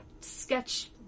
sketch